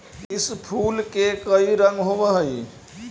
इस फूल के कई रंग होव हई